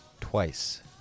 twice